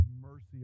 mercy